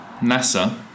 NASA